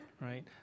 right